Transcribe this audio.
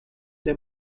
der